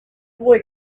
boy